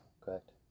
correct